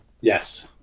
Yes